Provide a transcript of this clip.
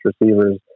receivers